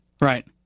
Right